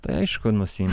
tai aišku nusi